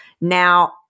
Now